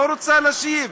לא רוצה להשיב,